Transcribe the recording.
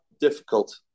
difficult